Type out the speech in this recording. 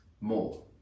more